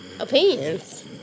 Opinions